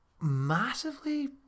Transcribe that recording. Massively